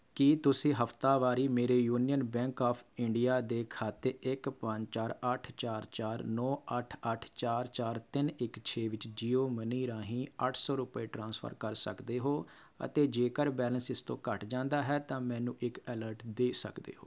ਕੀ ਤੁਸੀਂ ਹਫ਼ਤਾਵਾਰੀ ਮੇਰੇ ਯੂਨੀਅਨ ਬੈਂਕ ਆਫ ਇੰਡੀਆ ਦੇ ਖਾਤੇ ਇੱਕ ਪੰਜ ਚਾਰ ਅੱਠ ਚਾਰ ਚਾਰ ਨੌਂ ਅੱਠ ਅੱਠ ਚਾਰ ਚਾਰ ਤਿੰਨ ਇੱਕ ਛੇ ਵਿੱਚ ਜੀਓ ਮਨੀ ਰਾਹੀਂ ਅੱਠ ਸੌ ਰੁਪਏ ਟ੍ਰਾਂਸਫਰ ਕਰ ਸਕਦੇ ਹੋ ਅਤੇ ਜੇਕਰ ਬੈਲੇਂਸ ਇਸ ਤੋਂ ਘੱਟ ਜਾਂਦਾ ਹੈ ਤਾਂ ਮੈਨੂੰ ਇੱਕ ਅਲਰਟ ਦੇ ਸਕਦੇ ਹੋ